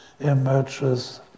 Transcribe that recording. emerges